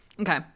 Okay